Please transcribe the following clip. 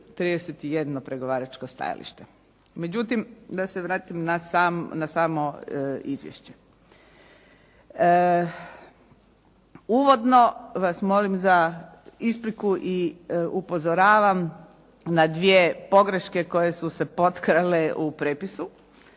31 pregovaračko stajalište. Međutim, da se vratim na samo izvješće. Uvodno vas molim za ispriku i upozoravam na dvije pogreške koje su se potkrale u prijepisu.